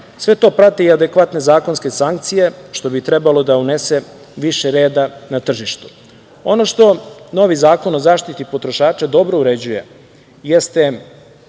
Sve to prate i adekvatne zakonske sankcije, što bi trebalo da unese više reda na tržištu. Ono što novi Zakon o zaštiti potrošača dobro uređuje jeste